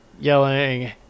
yelling